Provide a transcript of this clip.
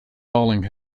bowling